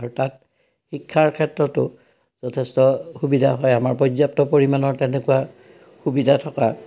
আৰু তাত শিক্ষাৰ ক্ষেত্ৰতো যথেষ্ট সুবিধা পায় আমাৰ পৰ্যাপ্ত পৰিমাণৰ তেনেকুৱা সুবিধা থকা